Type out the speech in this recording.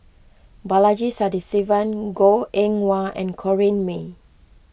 Balaji Sadasivan Goh Eng Wah and Corrinne May